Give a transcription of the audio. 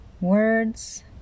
Words